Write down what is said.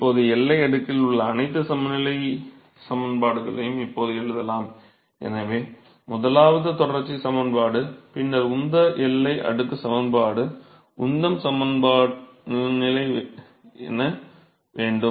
இப்போது எல்லை அடுக்கில் உள்ள அனைத்து சமநிலைச் சமன்பாடுகளையும் இப்போது எழுதலாம் எனவே முதலாவது தொடர்ச்சி சமன்பாடு பின்னர் உந்த எல்லை அடுக்கு சமன்பாடு உந்தம் சமநிலை வேண்டும்